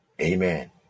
amen